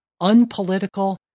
unpolitical